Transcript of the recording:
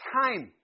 time